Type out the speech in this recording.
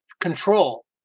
control